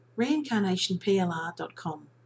reincarnationplr.com